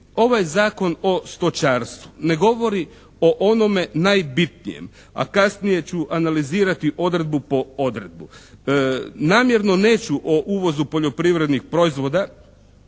ovaj Zakon o stočarstvu ne govori o onome najbitnijem, a kasnije ću analizirati odredbu po odredbu. Namjerno neću o uvozu poljoprivrednih proizvoda